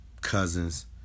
cousins